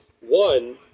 One